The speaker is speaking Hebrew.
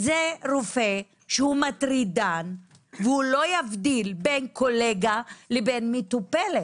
זה רופא שהוא מטרידן והוא לא יבדיל בין קולגה לבין מטופלת,